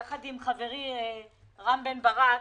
פניתי ביחד עם חברי רם בן ברק